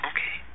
Okay